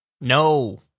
No